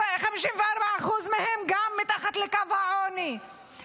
ש-54% מהם גם מתחת לקו העוני,